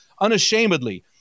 unashamedly